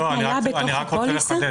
אני רק רוצה לחדד